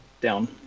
down